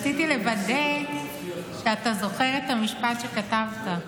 אני רק רציתי לוודא שאתה זוכר את המשפט שכתבת.